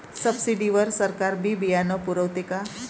Subsidy वर सरकार बी बियानं पुरवते का?